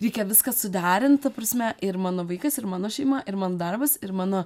reikia viską suderint ta prasme ir mano vaikas ir mano šeima ir mano darbas ir mano